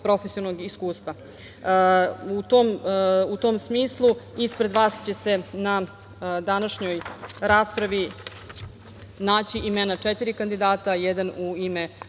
profesionalnog iskustva.U tom smislu ispred vas će se na današnjoj raspravi naći imena četiri kandidata, jedan u ime